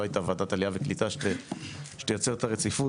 לא הייתה ועדת עלייה וקליטה שתייצר את הרציפות